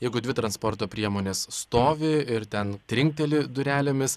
jeigu dvi transporto priemonės stovi ir ten trinkteli durelėmis